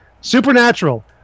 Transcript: Supernatural